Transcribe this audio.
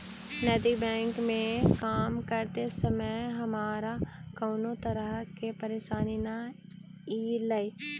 नैतिक बैंक में काम करते समय हमारा कउनो तरह के परेशानी न ईलई